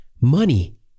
Money